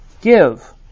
Give